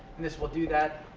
and this will do that.